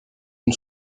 une